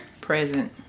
Present